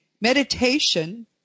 Meditation